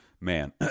man